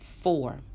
Four